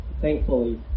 thankfully